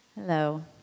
Hello